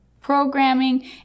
programming